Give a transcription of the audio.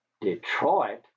Detroit